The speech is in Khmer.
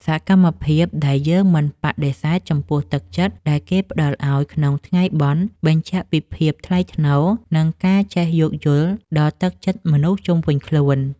សកម្មភាពដែលយើងមិនបដិសេធចំពោះទឹកចិត្តដែលគេផ្តល់ឱ្យក្នុងថ្ងៃបុណ្យបញ្ជាក់ពីភាពថ្លៃថ្នូរ និងការចេះយោគយល់ដល់ទឹកចិត្តមនុស្សជុំវិញខ្លួន។